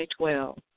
2012